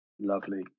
Lovely